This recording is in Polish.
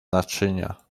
naczynia